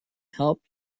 help